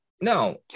no